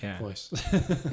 voice